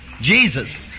Jesus